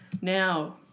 Now